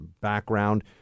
background